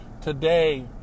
today